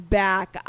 back